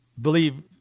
believe